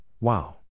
wow